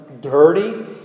dirty